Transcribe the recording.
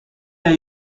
are